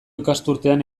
ikasturtean